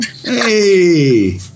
Hey